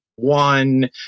One